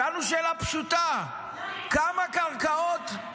שאלנו שאלה פשוטה: כמה קרקעות,